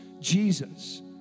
Jesus